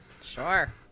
Sure